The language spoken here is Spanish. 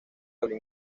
habla